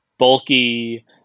Bulky